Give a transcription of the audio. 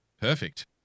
Perfect